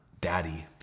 Daddy